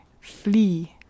flee